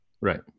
Right